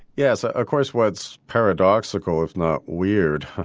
yes, ah of course what's paradoxical, if not weird,